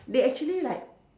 they actually like